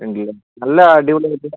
ഉണ്ടല്ലെ നല്ല അടിപൊളി ആയിട്ടുള്ള